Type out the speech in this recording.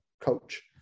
coach